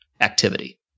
activity